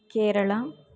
Kerala